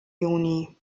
juni